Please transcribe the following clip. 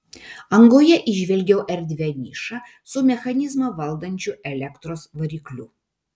angoje įžvelgiau erdvią nišą su mechanizmą valdančiu elektros varikliu